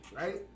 right